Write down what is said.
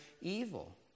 evil